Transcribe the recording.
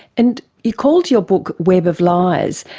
and you called your book web of lies,